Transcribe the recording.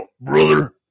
brother